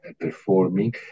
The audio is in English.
performing